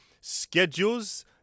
schedules